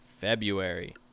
february